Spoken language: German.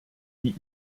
die